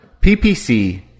PPC